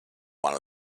one